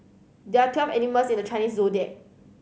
there are twelve animals in the Chinese Zodiac